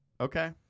Okay